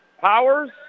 Powers